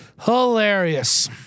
Hilarious